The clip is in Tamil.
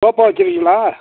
தோப்பாக வைச்சுருக்கீங்களா